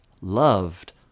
loved